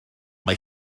mae